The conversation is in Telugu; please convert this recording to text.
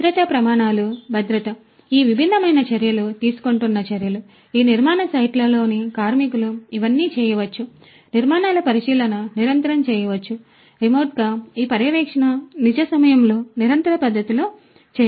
భద్రతా ప్రమాణాలు భద్రత ఈ భిన్నమైన చర్యలు తీసుకుంటున్న చర్యలు ఈ నిర్మాణ సైట్లలోని కార్మికులు ఇవన్నీ చేయవచ్చు నిర్మాణ నిర్మాణాల పరిశీలన నిరంతరం చేయవచ్చు రిమోట్గా ఈ పర్యవేక్షణ నిజ సమయంలో నిరంతర పద్ధతిలో చేయవచ్చు